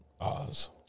Oz